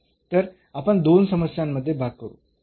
तर आपण दोन समस्यांमध्ये भाग करू